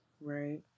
right